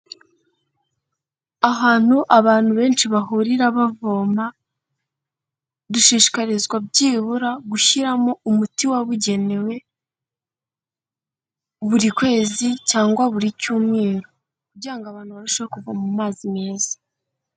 Ahantu abantu benshi bahurira bavoma, dushishikarizwa byibura gushyiramo umuti wabugenewe, buri kwezi cyangwa buri cyumweru kugira ngo abantu barusheho kuvoma amazi meza.